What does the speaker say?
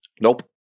Nope